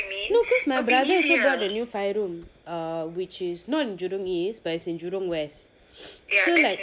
no cause my brother also bought a new five room err which is not in jurong east but is in jurong west so like